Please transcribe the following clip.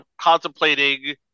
contemplating